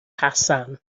hassan